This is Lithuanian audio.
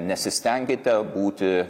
nesistenkite būti